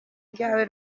ryawe